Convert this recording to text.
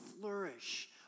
flourish